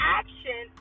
action